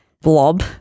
blob